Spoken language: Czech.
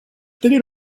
tedy